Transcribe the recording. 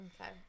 Okay